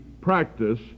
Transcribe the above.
practice